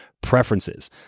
preferences